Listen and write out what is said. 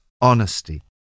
honesty